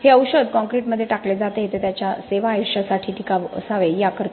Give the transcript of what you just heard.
हे औषध कॉंक्रिटमध्ये टाकले जाते ते त्याच्या सेवा आयुष्यासाठी टिकाऊ असावे याकरता